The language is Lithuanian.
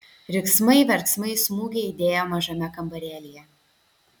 riksmai verksmai smūgiai aidėjo mažame kambarėlyje